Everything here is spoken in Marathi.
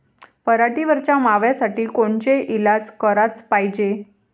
पराटीवरच्या माव्यासाठी कोनचे इलाज कराच पायजे?